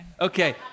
Okay